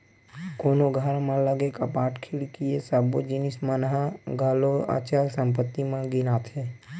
कोनो घर म लगे कपाट, खिड़की ये सब्बो जिनिस मन ह घलो अचल संपत्ति म गिनाथे